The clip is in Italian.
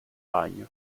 ragno